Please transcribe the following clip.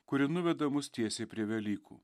kuri nuveda mus tiesiai prie velykų